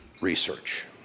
research